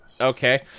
Okay